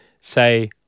say